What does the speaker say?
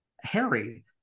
Harry